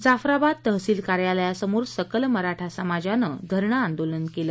जाफराबाद तहसील कार्यालयासमोर सकल मराठा समाजानं धरणं आंदोलन केलं